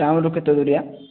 ଟାଉନରୁ କେତେ ଦୂରିଆ